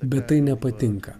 bet tai nepatinka